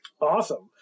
Awesome